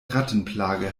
rattenplage